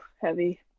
heavy